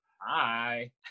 Hi